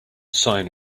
sign